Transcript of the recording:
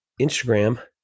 Instagram